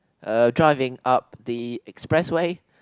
uh driving up the expressway